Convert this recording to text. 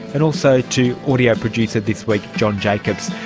and also to audio producer this week john jacobs.